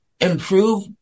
improve